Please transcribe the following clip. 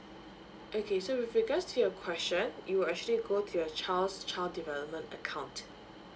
okay so with regards to your question it will actually go to your child's child development account